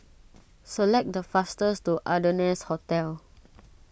select the faster to Ardennes Hotel